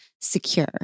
secure